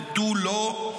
ותו לא,